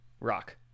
Rock